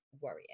worrying